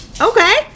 Okay